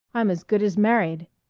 i'm as good as married!